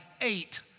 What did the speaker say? eight